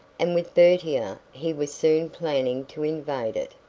and with bertier he was soon planning to invade it,